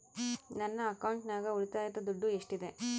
ನನ್ನ ಅಕೌಂಟಿನಾಗ ಉಳಿತಾಯದ ದುಡ್ಡು ಎಷ್ಟಿದೆ?